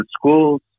schools